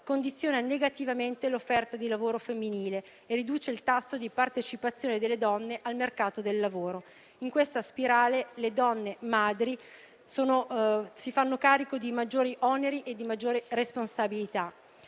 condiziona negativamente l'offerta di lavoro femminile e riduce il tasso di partecipazione delle donne al mercato del lavoro. In questa spirale, le donne madri si fanno carico di maggiori oneri e di maggiori responsabilità.